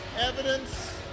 evidence